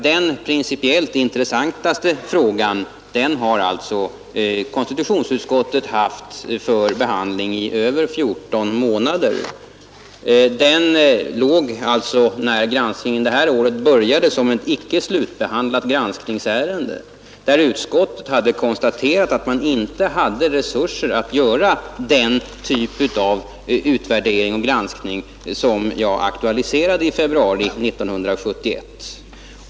Den principiellt intressantaste frågan har alltså konstitutionsutskottet haft för behandling i över 14 månader. Den låg, när granskningen det här året började, som ett icke slutbehandlat granskningsärende, där utskottet konstaterat att utskottet inte hade resurser att göra den typ av utvärdering och granskning som jag aktualiserat i februari 1971.